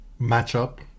matchup